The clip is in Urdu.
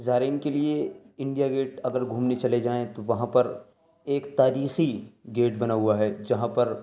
زائرین کے لیے انڈیا گیٹ اگر گھومنے چلے جائیں تو وہاں پر ایک تاریخی گیٹ بنا ہوا ہے جہاں پر